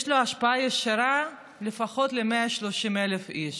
יש לו השפעה ישירה לפחות על 130,00 איש.